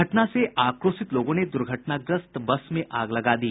घटना से आक्रोशित लोगों ने दूर्घटनाग्रस्त बस में आग लगा दी